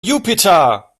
jupiter